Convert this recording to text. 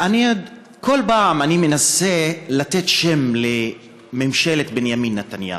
כל פעם אני מנסה לתת שם לממשלת בנימין נתניהו.